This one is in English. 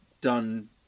done